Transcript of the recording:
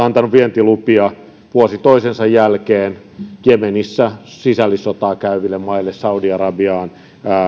antanut vientilupia vuosi toisensa jälkeen jemenissä sisällissotaa käyville maille saudi arabiaan